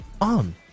on